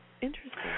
Interesting